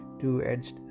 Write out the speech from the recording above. two-edged